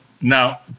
now